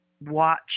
watch